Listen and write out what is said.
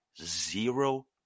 zero